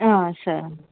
సరే అండి